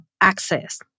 access